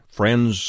friends